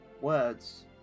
words